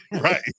right